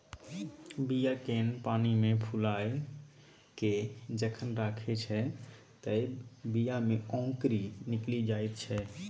बीया केँ पानिमे फुलाए केँ जखन राखै छै तए बीया मे औंकरी निकलि जाइत छै